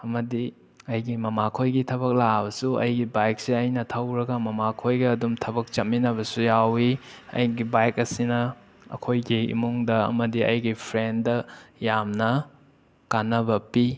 ꯑꯃꯗꯤ ꯑꯩꯒꯤ ꯃꯃꯥ ꯈꯣꯏꯒꯤ ꯊꯕꯛ ꯂꯥꯛꯂꯕꯁꯨ ꯑꯩꯒꯤ ꯕꯥꯏꯛꯁꯦ ꯑꯩꯅ ꯊꯧꯔꯒ ꯃꯃꯥ ꯈꯣꯏꯒ ꯑꯗꯨꯝ ꯊꯕꯛ ꯆꯠꯃꯤꯟꯅꯕꯁꯨ ꯌꯥꯎꯏ ꯑꯩꯒꯤ ꯕꯥꯏꯛ ꯑꯁꯤꯅ ꯑꯩꯈꯣꯏꯒꯤ ꯏꯃꯨꯡꯗ ꯑꯃꯗꯤ ꯑꯩꯒꯤ ꯐ꯭ꯔꯦꯟꯗ ꯌꯥꯝꯅ ꯀꯥꯟꯅꯕ ꯄꯤ